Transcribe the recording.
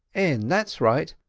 n that's right.